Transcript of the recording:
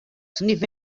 sniff